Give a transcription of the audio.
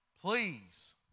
Please